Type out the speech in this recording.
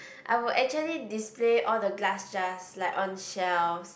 I would actually display all the glass jars like on shelves